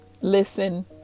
Listen